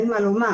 אין מה לומר,